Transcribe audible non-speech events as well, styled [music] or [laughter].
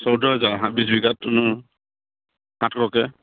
চৌধ হাজাৰ বিছ বিঘাত [unintelligible] সাতশকে